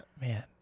man